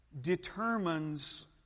determines